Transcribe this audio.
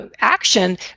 action